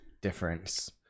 difference